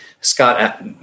Scott